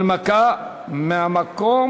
בעד,